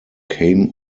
came